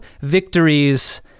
victories